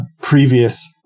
previous